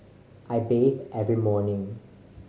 I bathe every morning